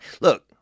Look